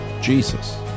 Jesus